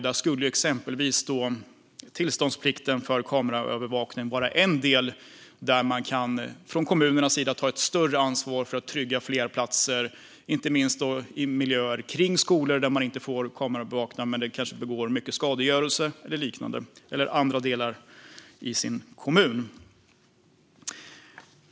Där skulle exempelvis tillståndsplikten för kamerabevakning vara en del där kommunerna kan ta ett större ansvar för att trygga fler platser - inte minst i miljöer kring skolor, där man inte får kamerabevaka men där det kanske sker mycket skadegörelse och liknande, och även andra delar i kommunen.